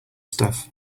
stuff